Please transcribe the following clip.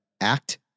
act